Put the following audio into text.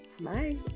Bye